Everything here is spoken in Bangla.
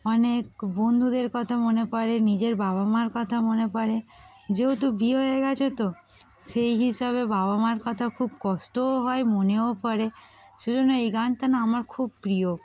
অনেক বন্ধুদের কথা মনে পড়ে নিজের বাবা মার কথা মনে পড়ে যেহেতু বিয়ে হয়ে গিয়েছে তো সেই হিসাবে বাবা মার কথা খুব কষ্টও হয় মনেও পড়ে সেজন্য এই গানটা না আমার খুব প্রিয়